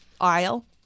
aisle